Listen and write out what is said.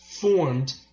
formed